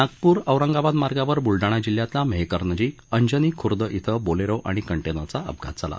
नागपूर औरंगाबाद मार्गावर बूलडाणा जिल्ह्यातल्या मेहकरनजीक अंजनी खूर्द क्विं बोलेरो आणि कंटेनरचा अपघात झाला